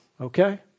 Okay